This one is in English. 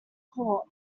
court